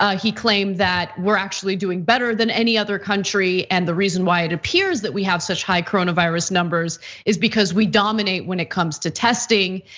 ah he claimed that we're actually doing better than any other country and the reason why it appears that we have such high coronavirus numbers is because we dominate when it comes to testing.